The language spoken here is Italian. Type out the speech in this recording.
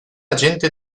agente